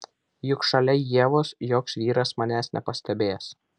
juk šalia ievos joks vyras manęs nepastebės